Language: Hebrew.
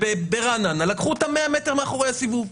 וברעננה לקחו אותם 100 מ' מאחורי הסיבוב.